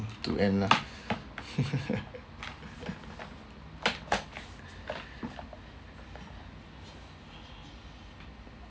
to end lah